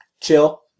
Chill